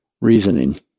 reasoning